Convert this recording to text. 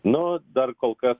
nu dar kol kas